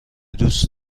دوست